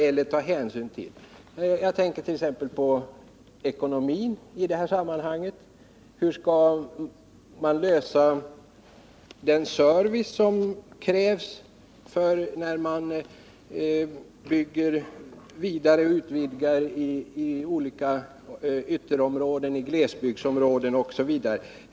Jag tänker t.ex. på ekonomin i detta sammanhang. Hur skall vi lösa frågan om den service som krävs när man bygger vidare och utvidgar i olika ytterområden, i glesbygdsområden osv?